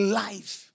life